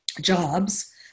jobs